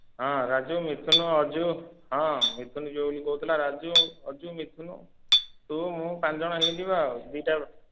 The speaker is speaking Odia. ହଁ ରାଜୁ ମିଥୁନୁ ଅଜୁ ହଁ ମିଥୁନୁ ଯିବ ବୋଲି କହୁଥିଲା ରାଜୁ ଅଜୁ ମିଥୁନୁ ତୁ ମୁଁ ପାଞ୍ଚ ଜଣ ହେଇକିଯିବା ଆଉ ଦୁଇଟା